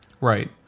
Right